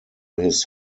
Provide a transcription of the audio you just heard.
his